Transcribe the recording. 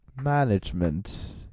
management